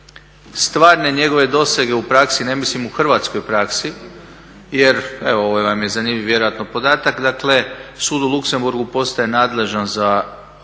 stvarne njegove dosege u praksi, ne mislim u Hrvatskoj praksi jer evo ovo vam je zanimljiv vjerojatno podatak, dakle Sud u Luxemborugu postaje nadležan za okvirnu